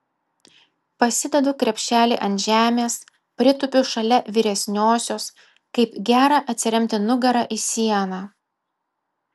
pasidedu krepšelį ant žemės pritūpiu šalia vyresniosios kaip gera atsiremti nugara į sieną